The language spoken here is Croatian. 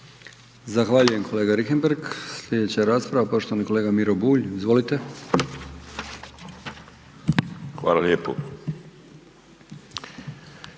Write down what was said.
Zahvaljujem kolega Richembergh. Sljedeća rasprava poštovani kolega Miro Bulj. Izvolite. **Bulj,